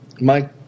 Mike